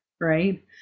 Right